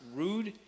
rude